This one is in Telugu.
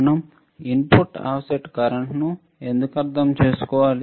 మనం ఇన్పుట్ ఆఫ్సెట్ కరెంట్ ను ఎందుకు అర్థం చేసుకోవాలి